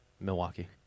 Milwaukee